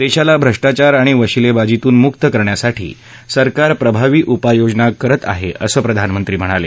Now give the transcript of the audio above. देशाला भ्रष्टाचार आणि वशीलेबाजीतून मुक्त करण्यासाठी सरकार प्रभावी उपाययोजना करत आहे असं प्रधानमंत्री म्हणाले